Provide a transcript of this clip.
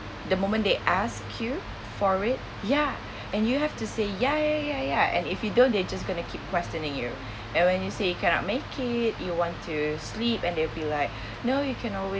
the moment they ask you for it ya and you have to say ya ya ya ya and if you don't they're just going to keep questioning you and when you say cannot make it you want to sleep and they'll be like no you can always